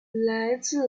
来自